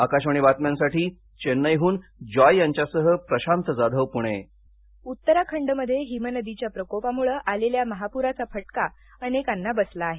आकाशवाणी बातम्यांसाठी चेन्नई हुन जॉय यांच्यासह प्रशांत जाधव पुणे उत्तराखंड बचावकार्य उत्तराखंडमध्ये हिमनदीच्या प्रकोपामुळे आलेल्या महापुराचा फटका अनेकांना बसला आहे